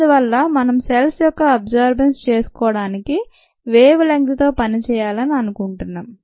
అందువల్ల మనం సెల్ ద్వారా అబ్జర్బ్ చేసుకొని వేవ్ లెంత్ తో పనిచేయాలని అనుకుంటున్నాం